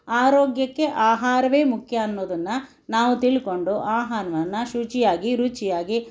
ಆರೋಗ್ಯಕ್ಕೆ ಆಹಾರವೇ ಮುಖ್ಯ ಅನ್ನೋದನ್ನ ನಾವು ತಿಳ್ಕೊಂಡು ಆಹಾರವನ್ನು ಶುಚಿಯಾಗಿ ರುಚಿಯಾಗಿ